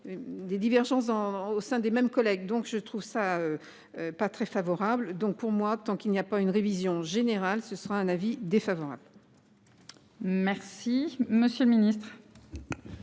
Des divergences dans au sein des mêmes collègues donc je trouve ça. Pas très favorable, donc pour moi, tant qu'il n'y a pas une révision générale, ce sera un avis défavorable. Merci, monsieur le Ministre.